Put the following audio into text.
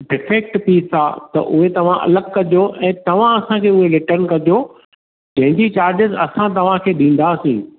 किथे हिकु पीस आहे त उहे तव्हां अलॻि कजो ऐं तव्हां असां खे उहे रिटर्न कजो जंहिं जी चार्जिस असां तव्हां खे ॾींदासीं